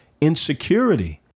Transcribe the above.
insecurity